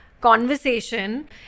conversation